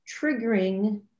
triggering